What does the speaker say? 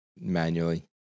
manually